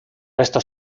estos